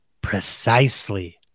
Precisely